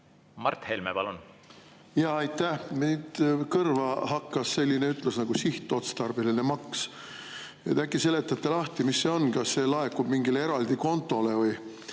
Mart Helme, palun! Aitäh! Kõrva hakkas selline ütlus nagu "sihtotstarbeline maks". Äkki seletate lahti, mis see on, kas see laekub mingile eraldi kontole või